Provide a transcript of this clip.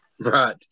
Right